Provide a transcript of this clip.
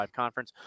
conference